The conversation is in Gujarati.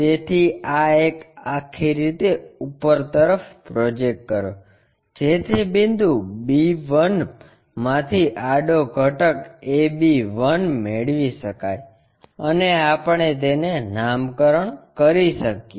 તેથી આ એક આખી રીતે ઉપર તરફ પ્રોજેકટ કરો જેથી બિંદુ b1 માંથી આડો ઘટક a b 1 મેળવી શકાય અને આપણે તેને નામકરણ કરી શકીએ